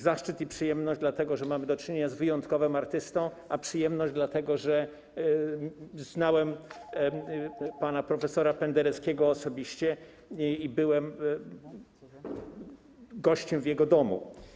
Zaszczyt i przyjemność dlatego, że mamy do czynienia z wyjątkowym artystą, a przyjemność dlatego, że znałem pana prof. Pendereckiego osobiście i byłem gościem w jego domu.